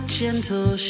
gentle